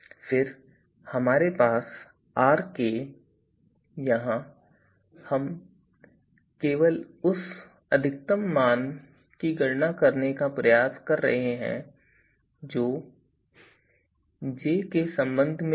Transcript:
फिर हमारे पास Rk यहाँ हम केवल उस अधिकतम मान की गणना करने का प्रयास कर रहे हैं जो j के संबंध में है